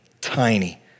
tiny